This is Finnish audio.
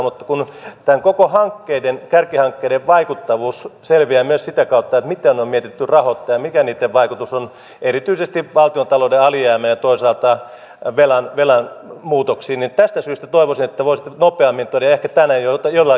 mutta kun tämän koko kärkihankkeiden vaikuttavuus selviää myös sitä kautta miten on mietitty rahoitus ja mikä niitten vaikutus on erityisesti valtiontalouden alijäämään ja toisaalta velan muutoksiin niin tästä syystä toivoisin että te voisitte nopeammin tuoda tietoa ja ehkä tänään jo jollakin tavalla avata tätä